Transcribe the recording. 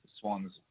Swans